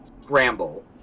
scramble